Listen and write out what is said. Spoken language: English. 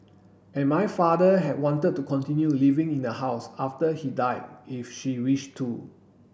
and my father have wanted to continue living in the house after he died if she wish to